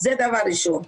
זה דבר ראשון.